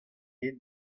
aet